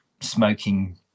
smoking